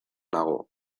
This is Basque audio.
nago